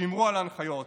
שמרו על ההנחיות.